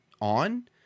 on